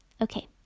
Okay